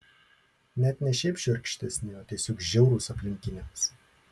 net ne šiaip šiurkštesni o tiesiog žiaurūs aplinkiniams